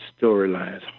storylines